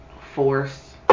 force